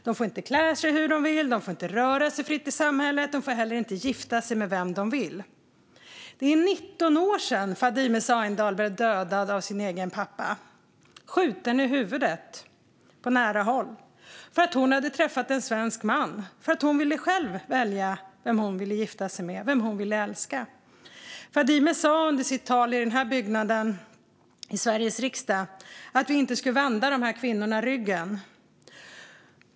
De får inte klä sig hur de vill, de får inte röra sig fritt i samhället och de får inte heller gifta sig med vem de vill. Det är 19 år sedan Fadime Sahindal blev dödad av sin egen pappa - skjuten i huvudet på nära håll - för att hon hade träffat en svensk man och ville välja själv vem hon skulle gifta sig med och vem hon ville älska. Fadime sa under sitt tal i den här byggnaden, i Sveriges riksdag, att vi inte skulle vända de här kvinnorna ryggen.